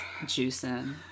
juicing